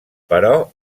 però